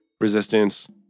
resistance